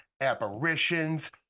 apparitions